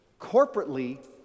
corporately